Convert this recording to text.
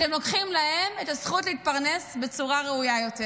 אתם לוקחים להם את הזכות להתפרנס בצורה ראויה יותר,